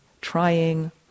trying